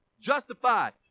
Justified